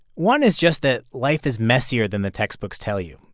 one is just that life is messier than the textbooks tell you.